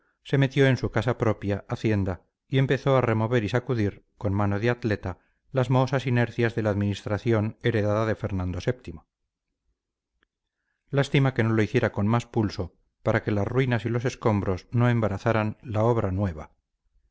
se metió en su casa propia hacienda y empezó a remover y sacudir con mano de atleta las mohosas inercias de la administración heredada de fernando vii lástima que no lo hiciera con más pulso para que las ruinas y los escombros no embarazaran la obra nueva